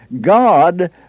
God